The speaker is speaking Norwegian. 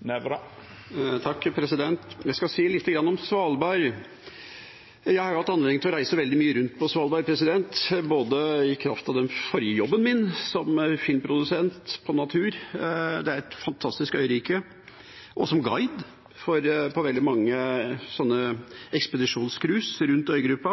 Jeg skal si litt om Svalbard. Jeg har jo hatt anledning til å reise veldig mye rundt på Svalbard, både i kraft av den forrige jobben min som produsent av naturfilmer – det er et fantastisk øyrike – og som guide for veldig mange ekspedisjonscruise rundt øygruppa.